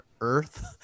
earth